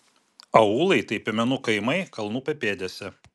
aūlai tai piemenų kaimai kalnų papėdėse